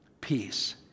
peace